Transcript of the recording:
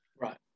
right